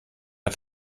der